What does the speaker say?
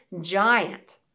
giant